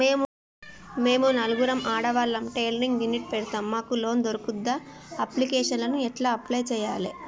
మేము నలుగురం ఆడవాళ్ళం టైలరింగ్ యూనిట్ పెడతం మాకు లోన్ దొర్కుతదా? అప్లికేషన్లను ఎట్ల అప్లయ్ చేయాలే?